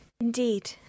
Indeed